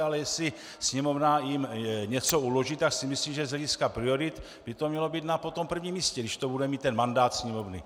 Ale jestli Sněmovna jim něco uloží, tak si myslím, že z hlediska priorit by to mělo být na potom prvním místě, když to bude mít mandát Sněmovny.